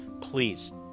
Please